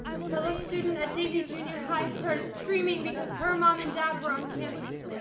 a fellow student at dv junior high started screaming because her mom and dad were on campus.